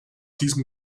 diesem